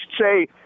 say